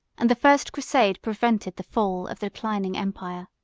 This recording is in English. and the first crusade prevented the fall of the declining empire.